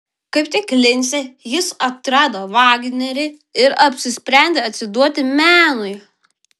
kaip tik lince jis atrado vagnerį ir apsisprendė atsiduoti menui